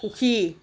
সুখী